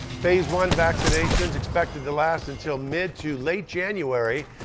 phase one vaccinations expected to last until mid to late january.